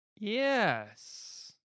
Yes